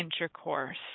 intercourse